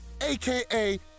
aka